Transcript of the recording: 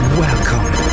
welcome